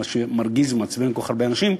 מה שמרגיז ומעצבן כל כך הרבה אנשים,